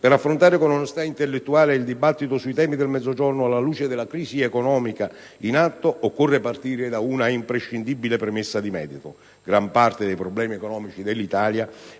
per affrontare con onestà intellettuale il dibattito sui temi del Mezzogiorno alla luce della crisi economica in atto, occorre partire da un'imprescindibile premessa di merito: gran parte dei problemi economici dell'Italia,